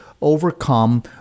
overcome